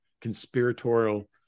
conspiratorial